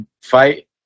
Fight